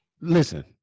Listen